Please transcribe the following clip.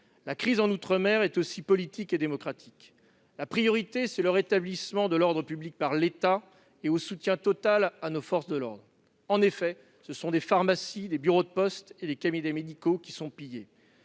La crise en outre-mer est aussi politique et démocratique. La première priorité, c'est le rétablissement de l'ordre public par l'État grâce à un soutien total à nos forces de l'ordre. En effet, ce sont des pharmacies, des bureaux de poste et des cabinets médicaux qui sont pillés.